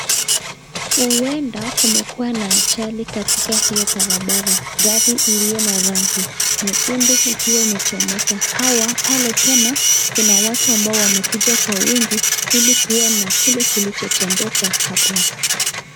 Huenda kumekua na ajali katika hiyo barabara, gari ilio na rangi nyekundu ikiwa imechomeka. Hawa pale tena kuna watu ambao wamekuja kwa wingi ili kuona kile kilichotendeka hapo.